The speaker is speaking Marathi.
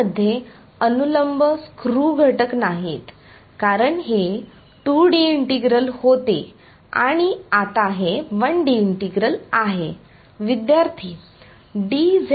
बरोबर तर येथून इकडे जाताना हे फक्त भौतिकशास्त्र नव्हे तर गणित आहे गणितामध्ये हे समकक्ष आहे ठीक आहे भौतिकदृष्ट्या तुम्ही अजूनही याचा विचार करू शकता आणि ते तुमचे आहे मी काय म्हणावे ते म्हणजे तुमचे म्हणजे इंटिग्रल समीकरण जे आपल्याला येथे परिणामस्वरूप मिळाले आहे ते अंतिम रूप आहे